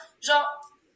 Genre